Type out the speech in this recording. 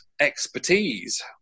expertise